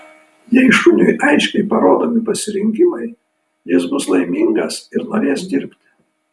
jei šuniui aiškiai parodomi pasirinkimai jis bus laimingas ir norės dirbti